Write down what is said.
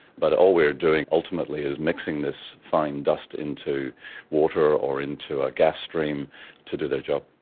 but all we are doing ultimately is mixing this fine dust into water or into a gas stream to do their job.